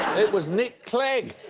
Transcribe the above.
it was nick clegg.